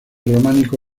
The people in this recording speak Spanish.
románico